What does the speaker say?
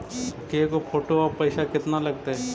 के गो फोटो औ पैसा केतना लगतै?